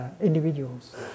individuals